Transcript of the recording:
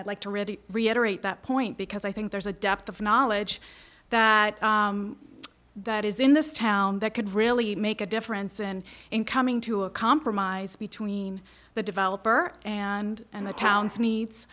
i'd like to really reiterate that point because i think there's a depth of knowledge that that is in this town that could really make a difference and in coming to a compromise between the developer and the town's meets